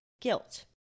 guilt